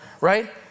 right